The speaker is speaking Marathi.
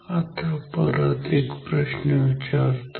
आता परत एक प्रश्न विचारतो